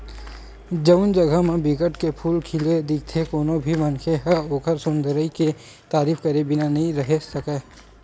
जउन जघा म बिकट के फूल खिले दिखथे कोनो भी मनखे ह ओखर सुंदरई के तारीफ करे बिना नइ रहें सकय